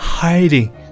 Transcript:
Hiding